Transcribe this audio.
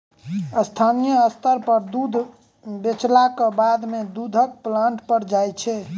स्थानीय स्तर पर दूध बेचलाक बादे दूधक प्लांट पर जाइत छै